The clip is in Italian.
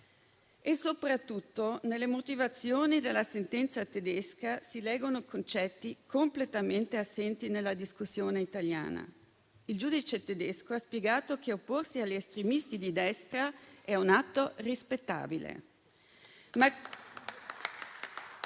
Soprattutto, nelle motivazioni della sentenza tedesca si leggono concetti completamente assenti nella discussione italiana. Il giudice tedesco ha spiegato che opporsi agli estremisti di destra è un atto rispettabile